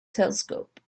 telescope